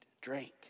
drink